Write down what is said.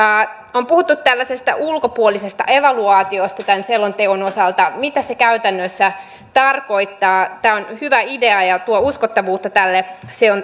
on puhuttu tällaisesta ulkopuolisesta evaluaatiosta tämän selonteon osalta mitä se käytännössä tarkoittaa tämä on hyvä idea ja tuo uskottavuutta tälle